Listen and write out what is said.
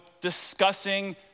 discussing